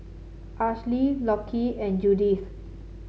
Alysia Lockie and Judith